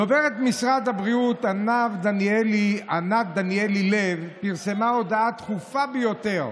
דוברת משרד הבריאות ענת דניאלי לב פרסמה הודעה דחופה ביותר,